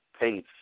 pace